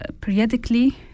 periodically